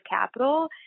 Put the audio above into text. capital